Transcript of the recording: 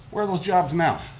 where are those jobs now?